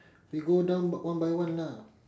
we go down one by one lah